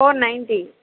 four ninety